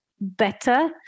better